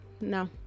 No